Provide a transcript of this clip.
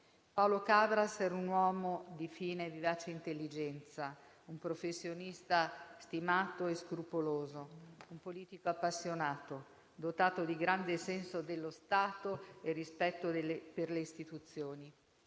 Paolo Cabras era un uomo di fine e vivace intelligenza, un professionista stimato e scrupoloso, un politico appassionato, dotato di grande senso dello Stato e rispetto per le istituzioni.